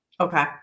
Okay